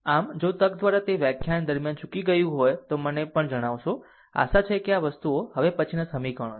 આમ જો તક દ્વારા તે આ વ્યાખ્યાન દરમિયાન ચૂકી ગયું હોય તો તમે મને પણ જણાવશો કે આશા છે કે વસ્તુઓ હવે પછીનાં સમીકરણો છે